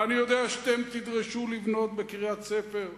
ואני יודע שאתם תדרשו לבנות בקריית-ספר,